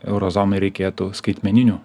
euro zonai reikėtų skaitmeninių